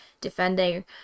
defending